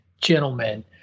gentlemen